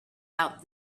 out